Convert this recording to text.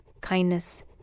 kindness